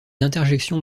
interjections